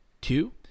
Two